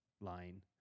line